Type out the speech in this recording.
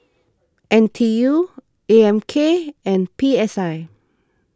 N T U A M K and P S I